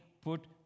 put